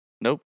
Nope